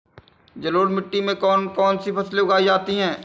जलोढ़ मिट्टी में कौन कौन सी फसलें उगाई जाती हैं?